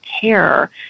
care